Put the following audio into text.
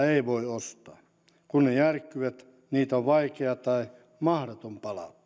ei voi ostaa kun ne järkkyvät niitä on vaikea tai mahdoton palauttaa